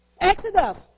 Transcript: Exodus